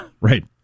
Right